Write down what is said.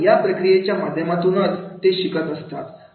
आणि या प्रक्रियेच्या माध्यमातूनच ते शिकत असतात